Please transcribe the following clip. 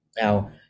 Now